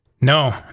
no